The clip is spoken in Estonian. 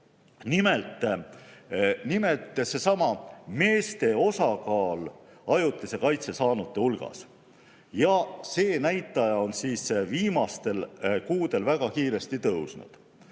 Nimelt, seesama meeste osakaal ajutise kaitse saanute hulgas, see näitaja on viimastel kuudel väga kiiresti tõusnud.